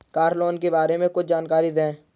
Car loan के बारे में कुछ जानकारी दें?